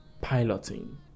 piloting